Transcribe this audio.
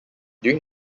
during